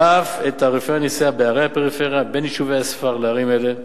ואף את תעריפי הנסיעה בערי הפריפריה ובין יישובי הספר לערים אלה,